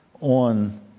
on